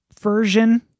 version